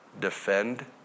defend